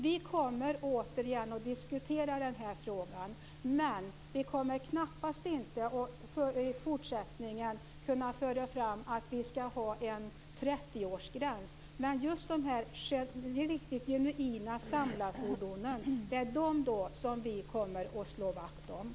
Vi kommer återigen att diskutera den här frågan, men vi kommer knappast att föra fram att det skall införas en 30-årsgräns. Men vi kommer att slå vakt om de genuina samlarfordonen.